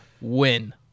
win